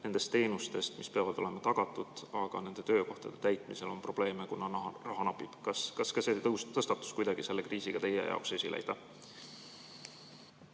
nendest teenustest, mis peavad olema tagatud, aga nende töökohtade täitmisel on probleeme, kuna raha napib. Kas ka see tõusis kuidagi selle kriisiga teie jaoks esile?